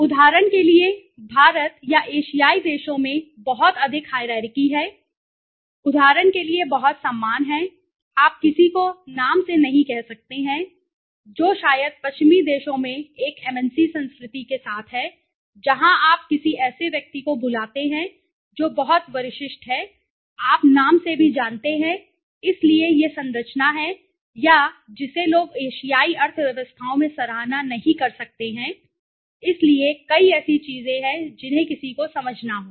उदाहरण के लिए भारत या एशियाई देशों में बहुत अधिक हायरार्की है उदाहरण के लिए बहुत सम्मान है आप किसी को नाम से नहीं कह सकते हैं जो शायद पश्चिमी देशों में एक एमएनसी संस्कृति के साथ है जहां आप किसी ऐसे व्यक्ति को बुलाते हैं जो बहुत वरिष्ठ है आप नाम से भी जानते हैं इसलिए यह संरचना है या जिसे लोग एशियाई अर्थव्यवस्थाओं में सराहना नहीं कर सकते हैं इसलिए कई ऐसी चीजें हैं जिन्हें किसी को समझना होगा